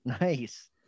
Nice